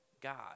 God